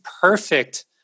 perfect